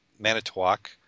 Manitowoc